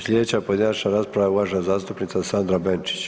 Slijedeća pojedinačna rasprava, uvažena zastupnica Sandra Benčić.